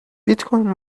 bitcoin